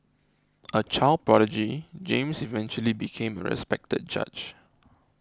a child prodigy James eventually became a respected judge